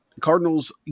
Cardinals